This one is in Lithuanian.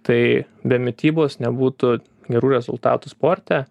tai be mitybos nebūtų gerų rezultatų sporte